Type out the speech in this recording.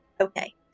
Okay